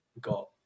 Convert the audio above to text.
got